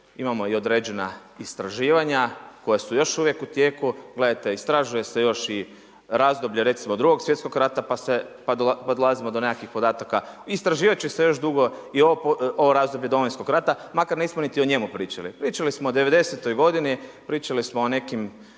imamo određena istraživanja koja su još uvijek u tijeku. Gledajte, istražuje se još i razdoblje recimo 2. svjetskog rata pa dolazimo do nekakvih podataka. Istraživat će se još dugo i ovo razdoblje Domovinskog rata, makar nismo niti o njemu pričali. Pričali smo o 90-toj godini, pričali smo o nekim